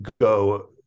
go